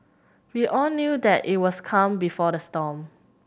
we all knew that it was calm before the storm